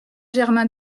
germain